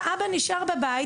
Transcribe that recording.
האבא נשאר בבית,